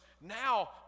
now